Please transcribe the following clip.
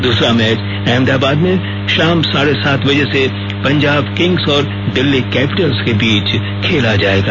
दूसरा मैच अहमदाबाद में शाम साढे सात बजे से पंजाब किंग्स और दिल्ली कैंपिटल्स के बीच खेला जाएगा